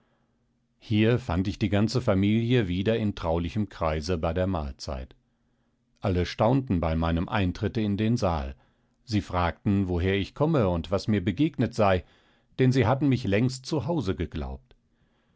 hier fand ich die ganze familie wieder in traulichem kreise bei der mahlzeit alle staunten bei meinem eintritte in den saal sie fragten woher ich komme und was mir begegnet sei denn sie hatten mich längst zu hause geglaubt